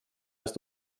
ist